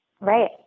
Right